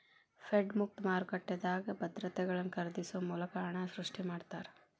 Fed ಮುಕ್ತ ಮಾರುಕಟ್ಟೆದಾಗ ಭದ್ರತೆಗಳನ್ನ ಖರೇದಿಸೊ ಮೂಲಕ ಹಣನ ಸೃಷ್ಟಿ ಮಾಡ್ತಾರಾ